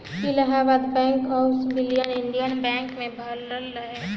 Allahabad bank कअ विलय Indian bank मे भयल रहे